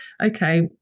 okay